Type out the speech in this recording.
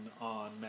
on